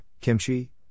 kimchi